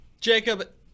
Jacob